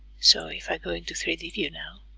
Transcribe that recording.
so if i go into three d view now,